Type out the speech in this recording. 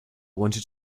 wanted